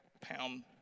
pound